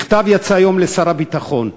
מכתב יצא היום לשר הביטחון.